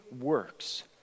works